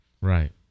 Right